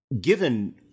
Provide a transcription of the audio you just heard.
Given